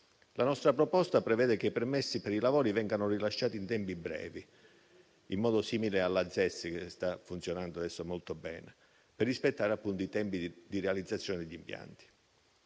La nostra proposta prevede che i permessi per i lavori vengano rilasciati in tempi brevi, in modo simile alle ZES, che stanno funzionando molto bene, per rispettare i tempi di realizzazione degli impianti.